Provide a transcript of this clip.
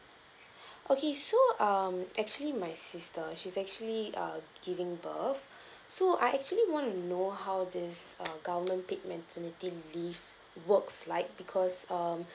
okay so um actually my sister she's actually uh giving birth so I actually want to know how this uh government paid maternity leave works like because um